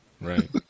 Right